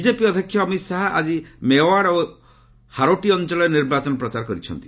BJP ଅଧ୍ୟକ୍ଷ ଅମିତ ଶାହା ଆଜି ମେଓ୍ୱାଡ଼ ଓ ହାରୋଟି ଅଞ୍ଚଳରେ ନିର୍ବାଚନ ପ୍ରଚାର କରିଛନ୍ତି